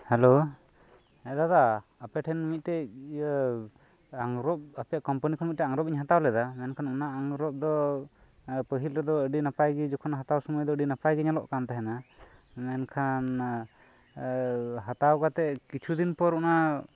hello ᱮ ᱫᱟᱫᱟ ᱟᱯᱮ ᱴᱷᱮᱱ ᱢᱤᱫᱴᱮᱡ ᱤᱭᱟᱹ ᱟᱝᱨᱚᱵ ᱟᱯᱮᱭᱟᱜ ᱠᱳᱢᱯᱟᱱᱤ ᱠᱷᱚᱱ ᱢᱤᱫᱴᱮᱡ ᱟᱝᱨᱚᱵ ᱤᱧ ᱦᱟᱛᱟᱣ ᱞᱮᱫᱟ ᱢᱮᱱᱠᱷᱟᱱ ᱚᱱᱟ ᱟᱝᱨᱚᱵ ᱫᱚ ᱯᱟᱹᱦᱤᱞ ᱨᱮᱫᱚ ᱟᱹᱰᱤ ᱱᱟᱯᱟᱭ ᱜᱮ ᱡᱚᱠᱷᱚᱱ ᱦᱟᱛᱟᱣ ᱥᱚᱢᱚᱭ ᱫᱚ ᱟᱹᱰᱤ ᱱᱟᱯᱟᱭ ᱜᱮ ᱧᱮᱞᱚᱜ ᱠᱟᱱ ᱛᱟᱦᱮᱸᱱᱟ ᱢᱮᱱᱠᱷᱟᱱ ᱦᱟᱛᱟᱣ ᱠᱟᱛᱮᱫ ᱠᱤᱪᱷᱩ ᱫᱤᱱ ᱯᱚᱨ ᱚᱱᱟ